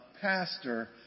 pastor